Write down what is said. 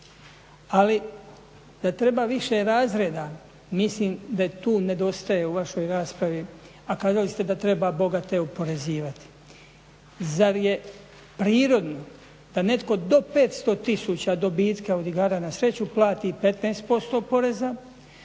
Ali da treba više razreda, mislim da tu nedostaje u vašoj raspravi, a kazali ste da treba bogate oporezivati. Zar je prirodno da netko do 500 000 dobitka od igara na sreću plati 15% poreza,